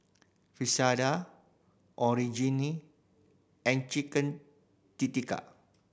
and Chicken